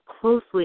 closely